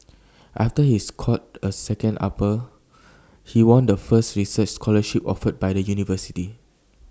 after he scored A second upper he won the first research scholarship offered by the university